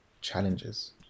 challenges